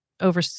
Over